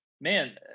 Man